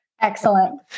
excellent